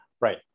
Right